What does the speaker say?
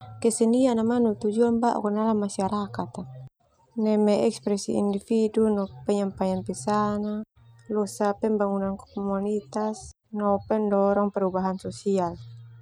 Kesenian na manu tujuan bauk ka dalam masyarakat ka neme ekspresi individu no penyampaian pesan na losa pembangunan komunitas no pendorong perubahan sosial.